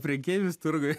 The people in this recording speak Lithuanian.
prekeivis turguje